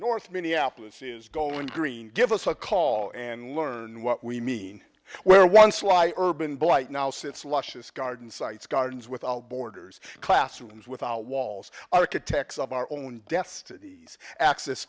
north minneapolis is going green give us a call and learn what we mean where once lie urban blight now sits luscious garden sites gardens without borders classrooms without walls architects of our own destinies access